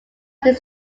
this